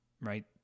Right